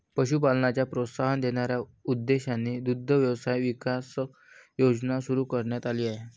पशुपालनाला प्रोत्साहन देण्याच्या उद्देशाने दुग्ध व्यवसाय विकास योजना सुरू करण्यात आली आहे